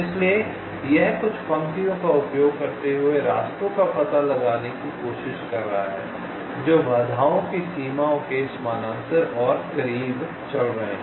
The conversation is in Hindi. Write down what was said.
इसलिए यह कुछ पंक्तियों का उपयोग करते हुए रास्तों का पता लगाने की कोशिश कर रहा है जो बाधाओं की सीमाओं के समानांतर और करीब चल रहे हैं